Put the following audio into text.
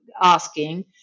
asking